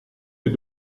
est